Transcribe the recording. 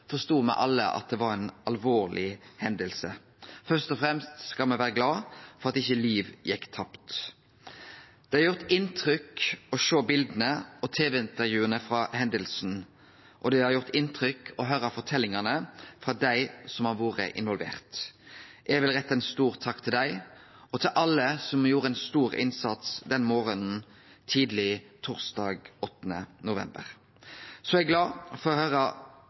forstod me alle at det var ei alvorleg hending. Først og fremst skal me vere glad for at ikkje liv gjekk tapt. Det har gjort inntrykk å sjå bilda og tv-intervjua frå hendinga, og det har gjort inntrykk å høyre forteljingane frå dei som har vore involvert. Eg vil rette ein stor takk til dei og til alle som gjorde ein stor innsats den morgonen tidleg torsdag 8. november. Så er eg glad for å